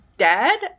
Dad